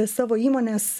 savo įmonės